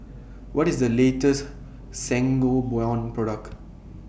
What IS The latest Sangobion Product